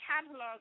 catalog